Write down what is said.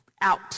out